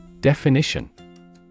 Definition